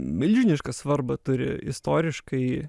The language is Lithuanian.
milžinišką svarbą turi istoriškai